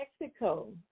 Mexico